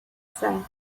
said